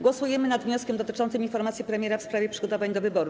Głosujemy nad wnioskiem dotyczącym informacji premiera w sprawie przygotowań do wyborów.